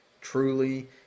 truly